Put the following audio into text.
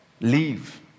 leave